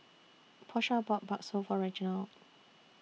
Porsha bought Bakso For Reginald